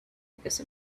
because